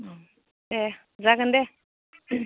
दे जागोन दे